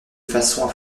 façon